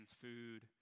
food